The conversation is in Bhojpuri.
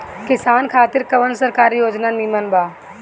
किसान खातिर कवन सरकारी योजना नीमन बा?